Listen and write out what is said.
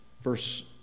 Verse